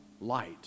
light